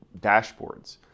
dashboards